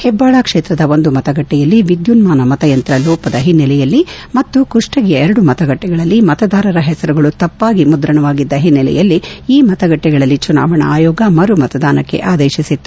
ಹೆಬ್ಲಾಳ ಕ್ಷೇತ್ರದ ಮತಗಟ್ಟೆಯಲ್ಲಿ ಇವಿಎಂ ಯಂತ್ರದ ಲೋಪದ ಹಿನ್ನೆಲೆಯಲ್ಲಿ ಮತ್ತು ಕುಷ್ಷಗಿಯ ಎರಡು ಮತಗಟ್ಟೆಗಳಲ್ಲಿ ಮತದಾರರ ಹೆಸರುಗಳು ತಪ್ಪಾಗಿ ಮುದ್ರಣವಾಗಿದ್ದ ಹಿನ್ನೆಲೆಯಲ್ಲಿ ಈ ಮತಗಟ್ಟೆಗಳಲ್ಲಿ ಚುನಾವಣಾ ಆಯೋಗ ಮರು ಮತದಾನಕ್ಕೆ ಆದೇತಿಸಿತ್ತು